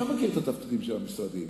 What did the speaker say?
אתה מכיר את התפקידים של המשרדים.